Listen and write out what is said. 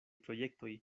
projektoj